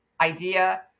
Idea